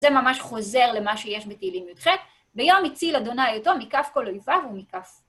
זה ממש חוזר למה שיש בתהילים יוד חת. ביום הציל אדוני אותו, מכף כל אויביו ומכף.